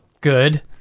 good